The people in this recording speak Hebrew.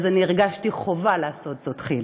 אז אני הרגשתי חובה לעשות זאת, חיליק.